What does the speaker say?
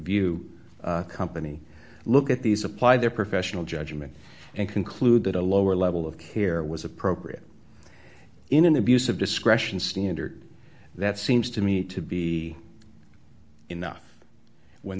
view company look at these apply their professional judgment and conclude that a lower level of care was appropriate in an abuse of discretion standard that seems to me to be enough when